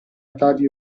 dadi